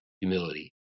humility